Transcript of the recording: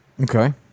Okay